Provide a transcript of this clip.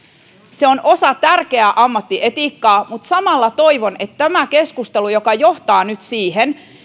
se on osa tärkeää ammattietiikkaa mutta samalla toivon että tämä keskustelu johtaa nyt